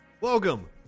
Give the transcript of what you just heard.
Welcome